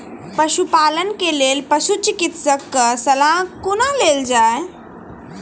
पशुपालन के लेल पशुचिकित्शक कऽ सलाह कुना लेल जाय?